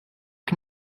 can